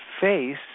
face